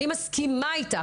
אני מסכימה איתך.